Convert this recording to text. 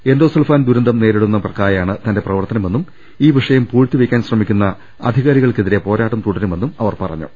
endosulfan ദുരന്തം നേരിടുന്നവർക്കായാണ് തന്റെ പ്രവർത്തനമെന്നും ഈ വിഷയം പൂഴ്ത്തിവെക്കാൻ ശ്രമി ക്കുന്ന അധികാരികൾക്കെതിരെ പോരാട്ടം തുടരുമെന്നും അവർ പറഞ്ഞു